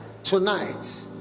Tonight